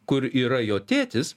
kur yra jo tėtis